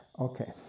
Okay